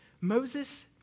Moses